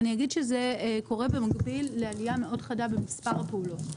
אני אגיד שזה קורה במקביל לעלייה מאוד חדה במספר הפעולות,